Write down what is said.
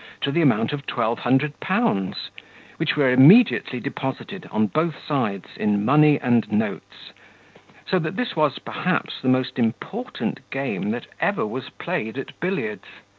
to the amount of twelve hundred pounds which were immediately deposited, on both sides, in money and notes so that this was, perhaps, the most important game that ever was played at billiards.